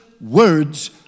words